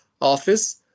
office